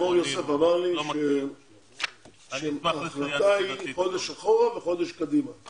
מור-יוסף אמר לי שההחלטה היא חודש אחורה וחודש קדימה,